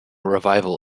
revival